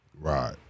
Right